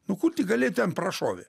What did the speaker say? nu kur tik galėjo ten prašovė